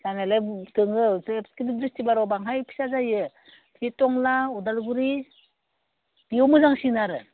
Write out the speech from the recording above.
जानायालाय दङ बे खिन्तु बिस्तिबाराव बाङाय फिसा जायो बे टंला उदालगुरि बेयाव मोजांसिन आरो